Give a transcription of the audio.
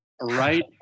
right